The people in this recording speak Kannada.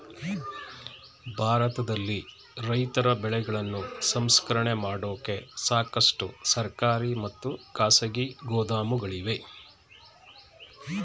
ಭಾರತದಲ್ಲಿ ರೈತರ ಬೆಳೆಗಳನ್ನು ಸಂಸ್ಕರಣೆ ಮಾಡೋಕೆ ಸಾಕಷ್ಟು ಸರ್ಕಾರಿ ಮತ್ತು ಖಾಸಗಿ ಗೋದಾಮುಗಳಿವೆ